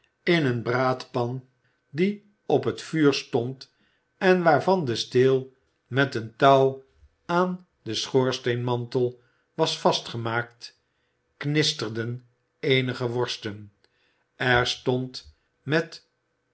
in eene braadpan die op het vuur stond en waarvan de steel met een touw aan den schoorsteenmantel was vastgemaakt knisterden eenige worsten er stond met